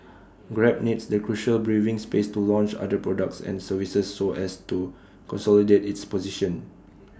grab needs the crucial breathing space to launch other products and services so as to consolidate its position